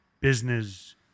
business